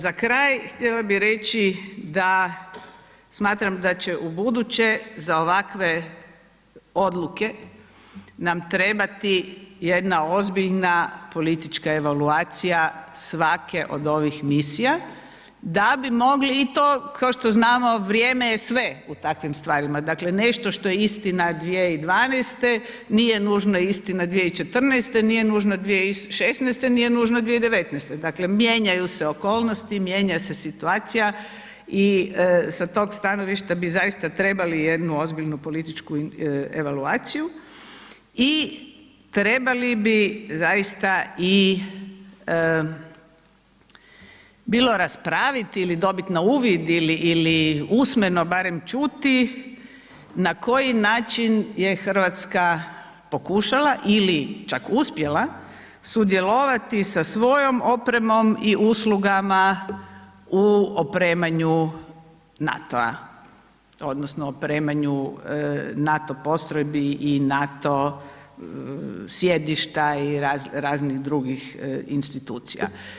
Za kraj htjela bi reći da smatram da će ubuduće za ovakve odluke nam trebati jedna ozbiljna politička evaluacija svake od ovih misija da bi mogli i to, kao što znamo vrijeme je sve u takvim stvarima, dakle nešto što je istina 2012. nije nužno istina 2014., nije nužno 2016., nije nužno 2019., dakle mijenjaju se okolnosti, mijenja se situacija i sa tog stanovišta bi zaista trebali jednu ozbiljnu političku evaluaciju i trebali bi zaista i bilo raspravit ili dobit na uvid ili, ili usmeno barem čuti na koji način je RH pokušala ili čak uspjela sudjelovati sa svojom opremom i uslugama u opremanju NATO-a odnosno opremanju NATO postrojbi i NATO sjedišta i raznih drugih institucija.